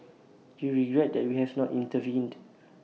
do you regret that we have not intervened